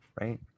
Right